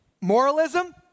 moralism